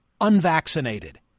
unvaccinated